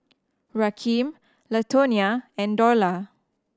Rakeem Latonia and Dorla